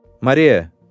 Maria